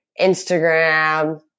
Instagram